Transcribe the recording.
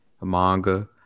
manga